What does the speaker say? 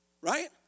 Right